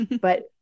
but-